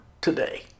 today